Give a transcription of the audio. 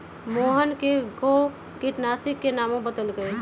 मोहन कै गो किटनाशी के नामो बतलकई